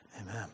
Amen